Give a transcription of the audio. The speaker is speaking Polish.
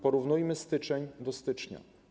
Porównujmy styczeń do stycznia.